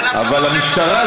אבל המשטרה,